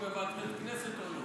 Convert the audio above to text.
אם הוא בוועדת הכנסת או לא.